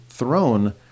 throne